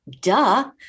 duh